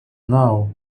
now